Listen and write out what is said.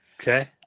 okay